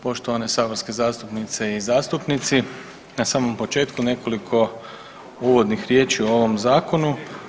Poštovane saborske zastupnice i zastupnici, na samom početku nekoliko uvodnih riječi o ovom zakonu.